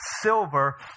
silver